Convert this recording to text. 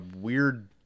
weird